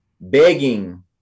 begging